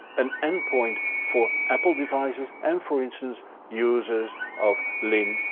an endpoint for apple devices and for instance users of linn,